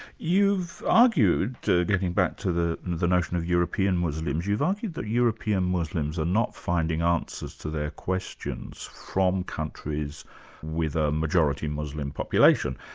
you've argued, getting back to the the notion of european muslims, you've argued that european muslims are not finding answers to their questions from countries with a majority muslim population,